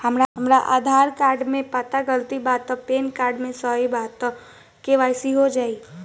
हमरा आधार कार्ड मे पता गलती बा त पैन कार्ड सही बा त के.वाइ.सी हो जायी?